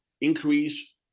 increase